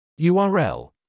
url